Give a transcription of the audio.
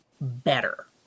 Better